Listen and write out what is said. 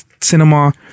cinema